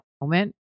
moment